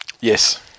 Yes